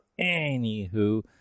anywho